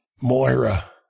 Moira